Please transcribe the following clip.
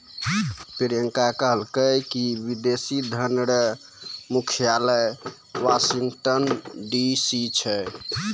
प्रियंका कहलकै की विदेशी धन रो मुख्यालय वाशिंगटन डी.सी छै